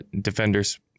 defenders